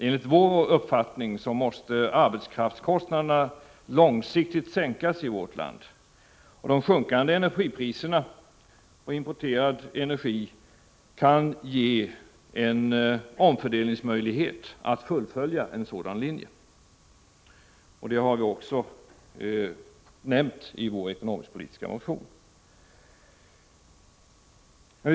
Enligt centerpartiets uppfattning måste arbetskraftskostnaderna långsiktigt sänkas i vårt land. De sjunkande priserna på importerad energi kan ge en omfördelningsmöjlighet och förutsättningar för att fullfölja en sådan linje. Det har vi också nämnt i vår ekonomisk-politiska motion.